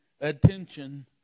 attention